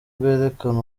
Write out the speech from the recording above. rwerekana